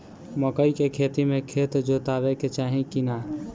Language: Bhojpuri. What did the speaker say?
मकई के खेती मे खेत जोतावे के चाही किना?